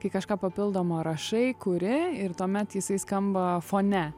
kai kažką papildomo rašai kuri ir tuomet jisai skamba fone